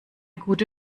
gute